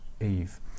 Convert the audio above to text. Eve